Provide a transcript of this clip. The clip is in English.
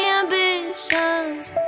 ambitions